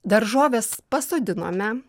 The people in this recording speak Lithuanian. daržoves pasodinome